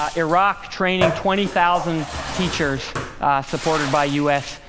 um iraq, training twenty thousand teachers supported by usaid.